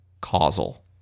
causal